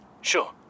Sure